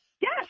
Yes